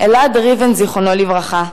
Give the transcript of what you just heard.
אלעד ריבן זיכרונו לברכה,